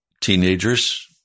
Teenagers